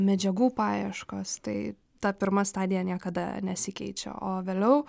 medžiagų paieškos tai ta pirma stadija niekada nesikeičia o vėliau